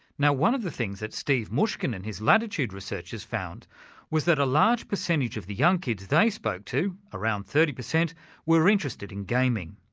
now one of the things that steve mushkin and his latitude researchers found was that a large percentage of the young kids they spoke to around thirty percent were interested in gaming.